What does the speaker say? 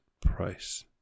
price